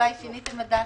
אולי שיניתם את דעתכם?